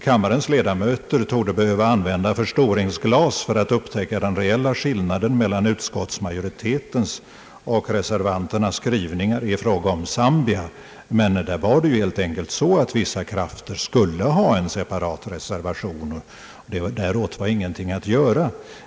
Kammarens ledamöter torde behöva använda förstoringsglas för att upptäcka den reella skillnaden mellan utskottsmajoritetens och reservanternas skrivningar i fråga om Zambia. Där var det helt enkelt så, att vissa krafter skulle ha en separat reservation. Mot detta var ingenting att göra.